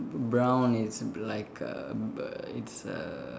brown is like uh b~ it's err